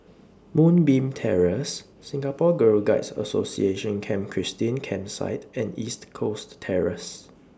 Moonbeam Terrace Singapore Girl Guides Association Camp Christine Campsite and East Coast Terrace